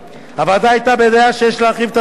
הוועדה היתה בדעה שיש להרחיב את תקופת